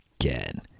again